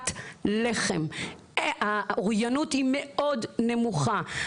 האוריינות היא מאוד נמוכה,